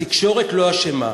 התקשורת לא אשמה.